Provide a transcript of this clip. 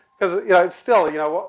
cause yeah i still, you know,